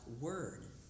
Word